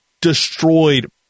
destroyed